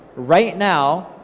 right now,